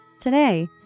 Today